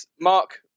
Mark